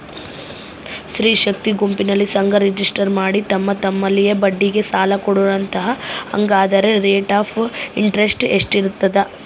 ಸ್ತ್ರೇ ಶಕ್ತಿ ಗುಂಪಿನಲ್ಲಿ ಸಂಘ ರಿಜಿಸ್ಟರ್ ಮಾಡಿ ತಮ್ಮ ತಮ್ಮಲ್ಲೇ ಬಡ್ಡಿಗೆ ಸಾಲ ಕೊಡ್ತಾರಂತೆ, ಹಂಗಾದರೆ ರೇಟ್ ಆಫ್ ಇಂಟರೆಸ್ಟ್ ಎಷ್ಟಿರ್ತದ?